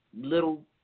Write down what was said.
little